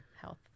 Health